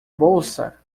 bolsa